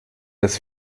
das